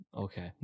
okay